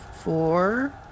four